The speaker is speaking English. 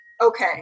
Okay